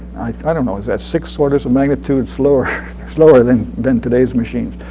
i don't know, is that six orders of magnitude slower slower than than today's machines,